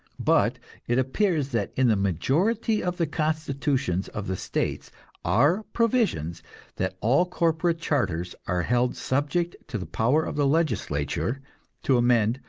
but it appears that in the majority of the constitutions of the states are provisions that all corporate charters are held subject to the power of the legislature to amend,